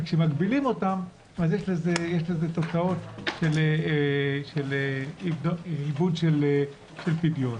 וכשמגבילים אותם אז יש לזה תוצאות של איבוד של פדיון.